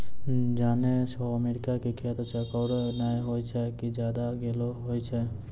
जानै छौ अमेरिका के खेत चौकोर नाय होय कॅ ज्यादातर गोल होय छै